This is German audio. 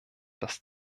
dass